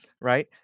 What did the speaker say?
right